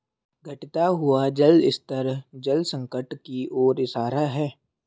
घटता हुआ जल स्तर जल संकट की ओर इशारा है